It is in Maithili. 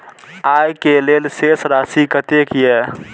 आय के लेल शेष राशि कतेक या?